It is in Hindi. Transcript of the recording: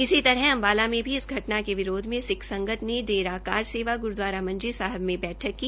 इसी तरह अंबाला में भी इस घटना के विरोध में सिख संगत ने डेरा कार सेवा गुरूद्वारा मंजी साहिब में बैठक की